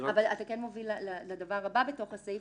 אבל אתה מוביל לדבר הבא בתוך הסעיף